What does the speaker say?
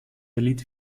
erlitt